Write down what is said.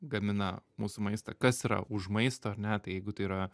gamina mūsų maistą kas yra už maisto ar ne tai jeigu tai yra